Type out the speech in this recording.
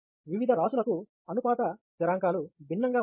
వివిధ రాశులకు అనుపాత స్థిరాంకాలు భిన్నంగా ఉంటాయి